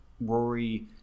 rory